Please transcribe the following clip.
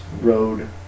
road